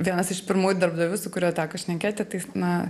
vienas iš pirmųjų darbdavių su kuriuo teko šnekėti tai jis na